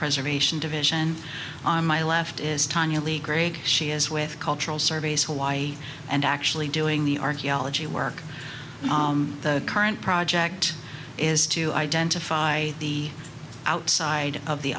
preservation division on my left is tanyalee craig she is with cultural surveys hawaii and actually doing the archaeology work the current project is to identify the outside of the